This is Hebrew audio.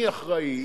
אני אחראי,